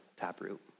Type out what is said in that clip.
taproot